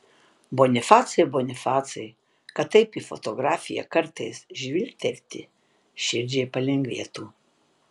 bonifacai bonifacai kad taip į fotografiją kartais žvilgterti širdžiai palengvėtų